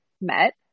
met